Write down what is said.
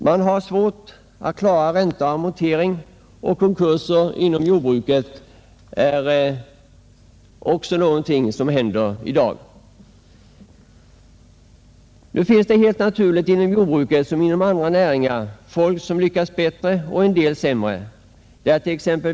Man har svårt att klara ränta och amortering, och konkurser inom jordbruket händer ofta i dag. Det finns helt naturligt inom jordbruket liksom inom andra näringsgrenar folk som lyckas bättre och folk som lyckas sämre.